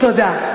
תודה.